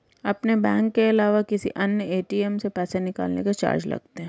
अपने बैंक के अलावा किसी अन्य ए.टी.एम से पैसे निकलवाने के चार्ज लगते हैं